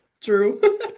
true